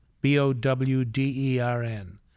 B-O-W-D-E-R-N